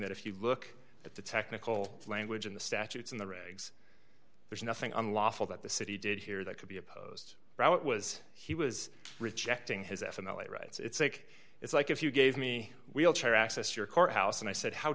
that if you look at the technical language in the statutes in the regs there's nothing unlawful that the city did here that could be opposed to how it was he was rejecting his f m l a right it's like it's like if you gave me wheelchair access your court house and i said how